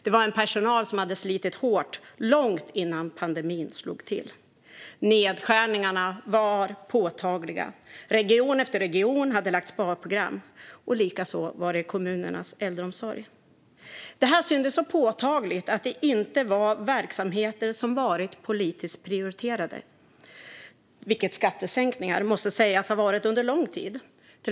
Det var en personal som hade slitit hårt långt innan pandemin slog till. Nedskärningarna var påtagliga. Region efter region hade lagt fram sparprogram. På samma sätt var det i kommunernas äldreomsorg. Det var så påtagligt att detta inte var verksamheter som varit politiskt prioriterade, vilket skattesänkningar måste sägas ha varit under lång tid.